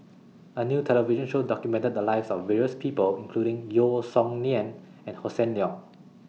A New television Show documented The Lives of various People including Yeo Song Nian and Hossan Leong